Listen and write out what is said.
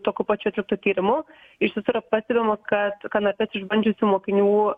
tokiu pačiu atliktu tyrimu iš viso yra pastebima kad kanapes išbandžiusių mokinių